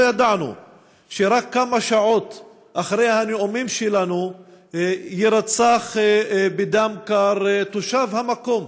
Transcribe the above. לא ידענו שרק כמה שעות אחרי הנאומים שלנו יירצח בדם קר תושב המקום,